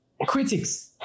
Critics